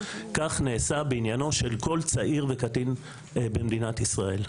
כך נעשה בעניינו של כל צעיר וקטין במדינת ישראל.